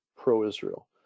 pro-Israel